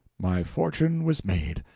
my fortune was made.